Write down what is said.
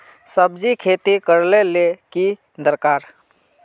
सब्जी खेती करले ले की दरकार?